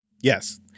Yes